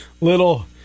Little